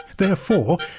therefore,